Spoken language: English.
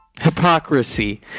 hypocrisy